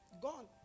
gone